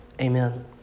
Amen